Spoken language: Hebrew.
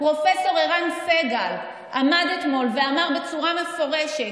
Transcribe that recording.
פרופ' ערן סגל עמד אתמול ואמר בצורה מפורשת: